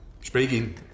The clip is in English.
speaking